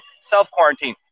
self-quarantine